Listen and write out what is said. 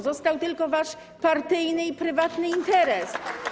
Zostały tylko wasze partyjne i prywatne interesy.